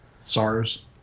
SARS